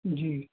जी